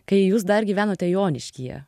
kai jūs dar gyvenote joniškyje